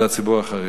זה הציבור החרדי.